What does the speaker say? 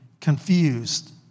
confused